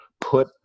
put